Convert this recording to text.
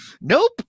Nope